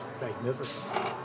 magnificent